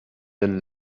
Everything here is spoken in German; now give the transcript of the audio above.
den